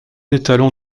étalon